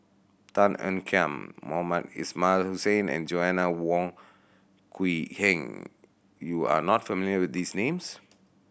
Tan Ean Kiam Mohamed Ismail Hussain and Joanna Wong Quee Heng you are not familiar with these names